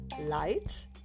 light